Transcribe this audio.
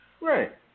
Right